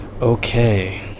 Okay